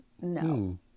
No